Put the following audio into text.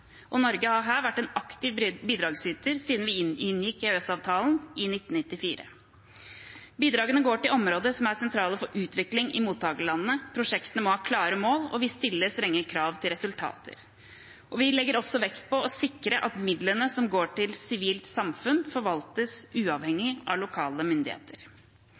mellom Norge og mottakerlandene. Norge har her vært en aktiv bidragsyter siden vi inngikk EØS-avtalen i 1994. Bidragene går til områder som er sentrale for utvikling i mottakerlandene, prosjektene må ha klare mål, og vi stiller strenge krav til resultater. Vi legger vekt på å sikre at midlene som går til det sivile samfunnet, forvaltes uavhengig av lokale myndigheter.